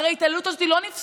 הרי ההתעללות הזאת לא נפסקת,